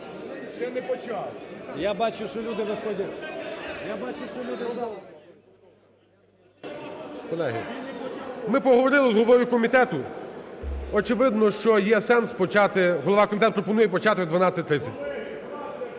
Колеги, ми поговорили з головою комітету, очевидно, що є сенс почати… голова комітету пропонує почати в 12:30.